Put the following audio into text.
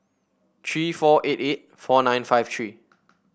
three four eight eight four nine five three